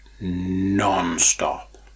non-stop